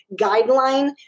guideline